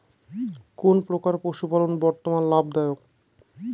কোন প্রকার পশুপালন বর্তমান লাভ দায়ক?